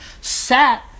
sat